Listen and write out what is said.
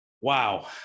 wow